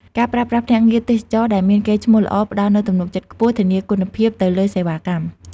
ការប្រើប្រាស់ភ្នាក់ងារទេសចរណ៍ដែលមានកេរ្តិ៍ឈ្មោះល្អ ផ្តល់នូវទំនុកចិត្តខ្ពស់ ធានាគុណភាពទៅលើសេវាកម្ម។